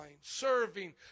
serving